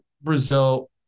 Brazil